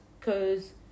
cause